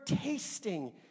tasting